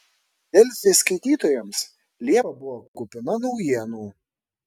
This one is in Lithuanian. delfi skaitytojams liepa buvo kupina naujienų